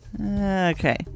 Okay